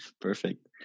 Perfect